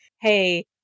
hey